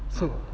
so